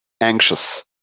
anxious